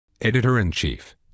Editor-in-Chief